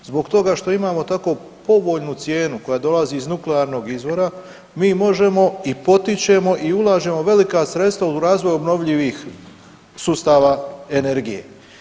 Zbog toga što imamo tako povoljnu cijenu koja dolazi iz nuklearnog izvora mi možemo i potičemo i ulažemo velika sredstva u razvoj obnovljivih sustava energije.